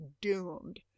doomed